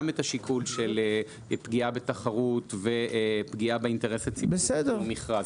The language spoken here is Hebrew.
גם את השיקול של פגיעה בתחרות ופגיעה באינטרס הציבורי בלא מכרז.